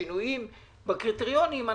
אנחנו לא אוהבים את השינויים בקריטריונים.